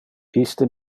iste